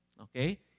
Okay